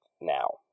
now